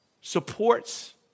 supports